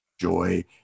joy